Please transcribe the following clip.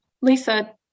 Lisa